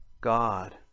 God